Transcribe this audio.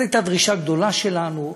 אז הייתה דרישה גדולה שלנו.